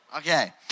Okay